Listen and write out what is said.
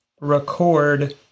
record